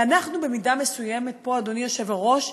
ואנחנו במידה מסוימת פה, אדוני היושב-ראש,